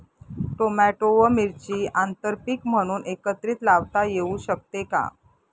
Tomato व मिरची आंतरपीक म्हणून एकत्रित लावता येऊ शकते का?